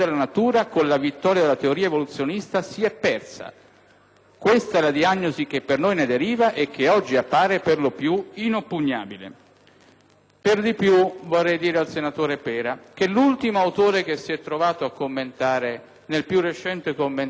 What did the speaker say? questa è la diagnosi che per noi ne deriva e che oggi appare per lo più inoppugnabile». Ancora, vorrei dire al senatore Pera che l'ultimo autore che si è trovato a commentare nel più recente "Commentario alla Costituzione" l'articolo 2, il professor Emanuele Rossi,